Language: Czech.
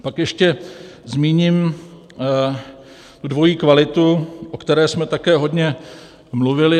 Pak ještě zmíním dvojí kvalitu, o které jsme také hodně mluvili.